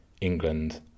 England